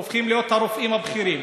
הופכים להיות הרופאים הבכירים,